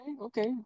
Okay